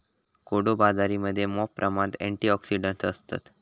कोडो बाजरीमध्ये मॉप प्रमाणात अँटिऑक्सिडंट्स असतत